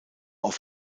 auf